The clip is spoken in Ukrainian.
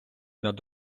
над